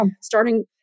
starting